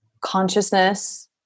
consciousness